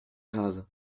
grave